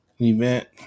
event